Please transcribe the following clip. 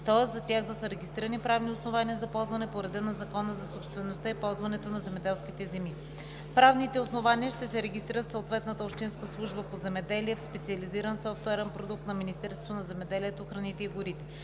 тоест за тях да са регистрирани правни основания за ползване по реда на Закона за собствеността и ползването на земеделските земи. Правните основания ще се регистрират в съответната общинска служба по земеделие в специализиран софтуерен продукт на Министерството на земеделието, храните и горите.